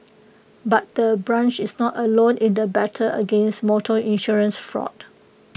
but the branch is not alone in the battle against motor insurance fraud